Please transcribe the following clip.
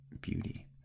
beauty